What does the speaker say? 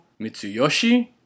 Mitsuyoshi